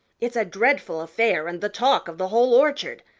it's a dreadful affair and the talk of the whole orchard.